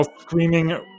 screaming